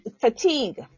fatigue